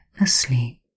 asleep